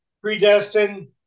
predestined